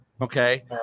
Okay